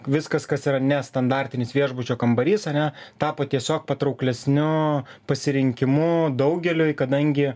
viskas kas yra ne standartinis viešbučio kambarys ane tapo tiesiog patrauklesniu pasirinkimu daugeliui kadangi